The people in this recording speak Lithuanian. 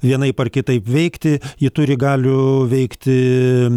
vienaip ar kitaip veikti ji turi galių veikti